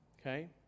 okay